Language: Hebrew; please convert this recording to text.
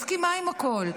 מסכימה עם הכול.